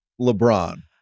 LeBron